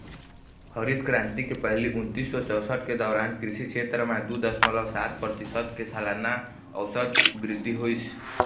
हरित करांति के पहिली उन्नीस सौ चउसठ के दउरान कृषि छेत्र म दू दसमलव सात परतिसत के सलाना अउसत बृद्धि होइस